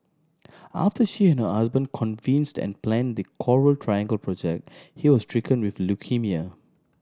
after she and her husband conceived and planned the Coral Triangle project he was stricken with leukaemia